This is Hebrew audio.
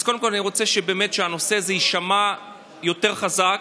אז קודם כול, אני רוצה שהנושא הזה יישמע יותר חזק,